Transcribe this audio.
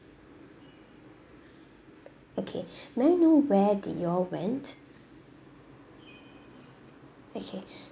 okay may I know where did you all went okay